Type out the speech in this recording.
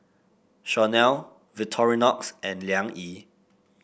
Chomel Victorinox and Liang Yi